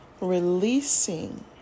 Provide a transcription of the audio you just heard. releasing